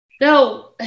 No